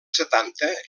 setanta